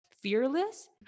Fearless